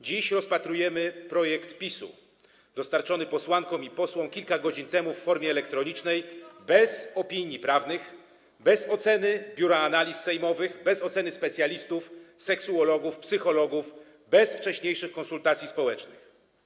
Dziś rozpatrujemy projekt PiS-u dostarczony posłankom i posłom kilka godzin temu w formie elektronicznej bez opinii prawnych, bez oceny Biura Analiz Sejmowych, bez oceny specjalistów, seksuologów, psychologów, bez wcześniejszych konsultacji społecznych.